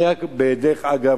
בדרך אגב,